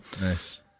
nice